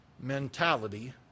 mentality